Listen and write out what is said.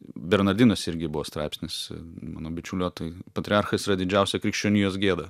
bernardinuose irgi buvo straipsnis mano bičiulio tai patriarchas yra didžiausia krikščionijos gėda